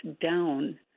down